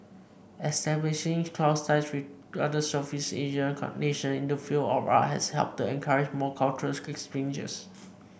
establishing close ties with other Southeast Asian nation in the field of art has helped to encourage more cultural exchanges